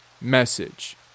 message